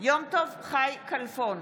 יום טוב חי כלפון,